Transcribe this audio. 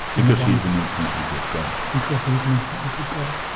because he's an infinitely good god. because he's an infinitely good god.